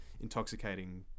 intoxicating